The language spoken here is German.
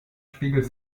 spiegelt